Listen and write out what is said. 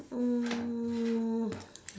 mm